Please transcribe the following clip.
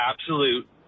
absolute